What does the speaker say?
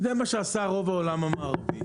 זה מה שעשה רוב העולם המערבי,